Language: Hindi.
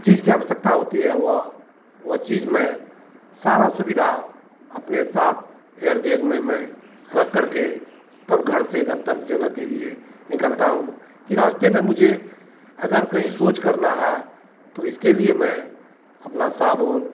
चीज़ की आवश्यकता होती है वह वह चीज़ मैं सारी सुविधा अपने साथ एयरबैग में मैं रख करके तब घर से गन्तव्य जगह के लिए निकलता हूँ कि रास्ते में मुझे अगर कहीं शौच करना है तो इसके लिए मैं अपना साबुन